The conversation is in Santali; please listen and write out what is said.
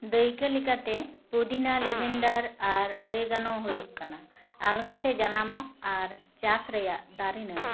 ᱫᱟᱭᱠᱟᱹ ᱞᱮᱠᱟᱛᱮ ᱯᱩᱫᱤᱱᱟ ᱞᱮᱵᱷᱮᱱᱰᱟᱨ ᱟᱨ ᱚᱨᱮᱜᱟᱱᱳ ᱦᱩᱭᱩᱜ ᱠᱟᱱᱟ ᱟᱞᱜᱟᱛᱮ ᱡᱟᱱᱟᱢᱚᱜ ᱟᱨ ᱪᱟᱥ ᱨᱮᱭᱟᱜ ᱫᱟᱨᱮ ᱱᱟᱹᱲᱤ